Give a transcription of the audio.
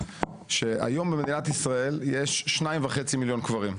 שהיום במדינת ישאל יש 2.5 מיליון קברים.